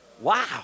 Wow